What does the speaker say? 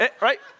right